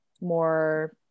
more